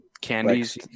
candies